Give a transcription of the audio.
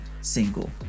single